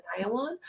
nylon